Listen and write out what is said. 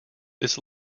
this